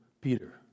Peter